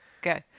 Go